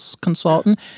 consultant